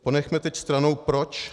Ponechme teď stranou proč.